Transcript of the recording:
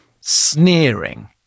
sneering